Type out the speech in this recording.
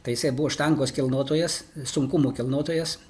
tai jisai buvo štangos kilnotojas sunkumų kilnotojas